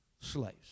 slaves